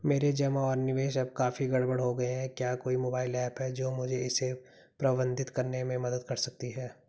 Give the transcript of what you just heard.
मेरे जमा और निवेश अब काफी गड़बड़ हो गए हैं क्या कोई मोबाइल ऐप है जो मुझे इसे प्रबंधित करने में मदद कर सकती है?